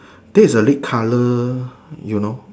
there is a red colour you know